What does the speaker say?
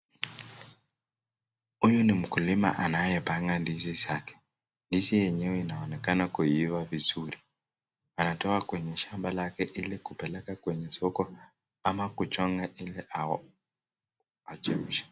Huyu ni mkulima anayepanga ndizi zake. Ndizi yenyewe inaonekana kuiva vizuri, anatoa kwenye shamba lake ilikupeleka kwenye soko ama kuchonga iliao achemshe.